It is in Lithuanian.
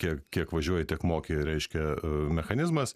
kiek kiek važiuoji tiek moki reiškia mechanizmas